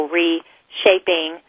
reshaping